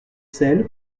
sel